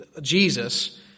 Jesus